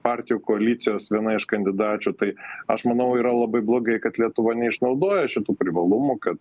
partijų koalicijos viena iš kandidačių tai aš manau yra labai blogai kad lietuva neišnaudoja šitų privalumų kad